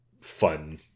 fun